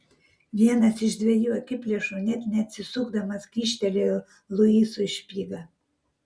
vienas iš dviejų akiplėšų net neatsisukdamas kyštelėjo luisui špygą